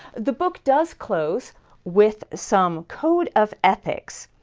the book does close with some code of ethics.